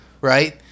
right